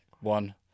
one